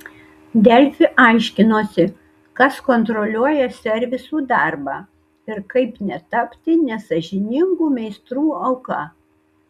delfi aiškinosi kas kontroliuoja servisų darbą ir kaip netapti nesąžiningų meistrų auka